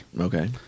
okay